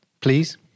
please